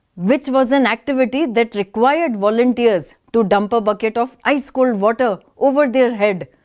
which was an activity that required volunteers to dump a bucket of ice cold water over their head,